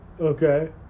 Okay